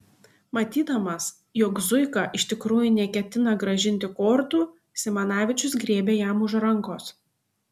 matydamas jog zuika iš tikrųjų neketina grąžinti kortų simanavičius griebė jam už rankos